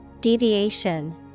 Deviation